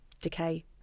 decay